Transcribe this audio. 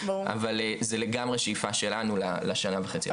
אבל זו לגמרי השאיפה שלנו לשנה וחצי הקרובים.